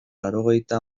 laurogeita